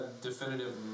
definitive